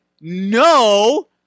no